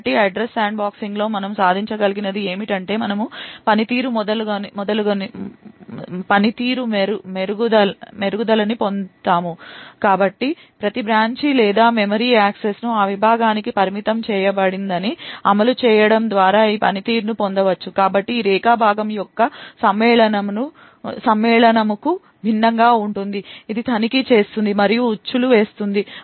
కాబట్టి అడ్రస్ శాండ్బాక్సింగ్లో మనము సాధించగలిగినది ఏమిటంటే మనము పనితీరు మెరుగుదలని పొందుతాము కాబట్టి ప్రతి బ్రాంచ్ లేదా మెమరీ యాక్సెస్ ఆ విభాగానికి పరిమితం చేయబడిందని అమలు చేయడం ద్వారా ఈ పనితీరును పొందవచ్చు కాబట్టి ఇది segment matchingకు భిన్నంగా ఉంటుంది ఇది తనిఖీ చేస్తుంది మరియు ఉచ్చులు వేస్తుంది